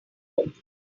earth